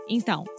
Então